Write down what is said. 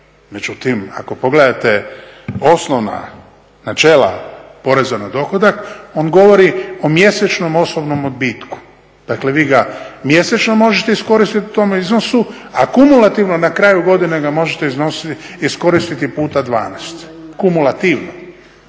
Međutim, ako pogledate osnovna načela poreza na dohodak on govori o mjesečnom osobnom odbitku. Dakle, vi ga mjesečno možete iskoristiti u tom iznosu, a kumulativno na kraju godine ga možete iskoristiti puta 12, kumulativno.